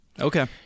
Okay